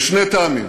משני טעמים: